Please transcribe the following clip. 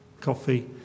coffee